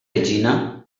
regina